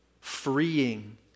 freeing